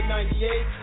98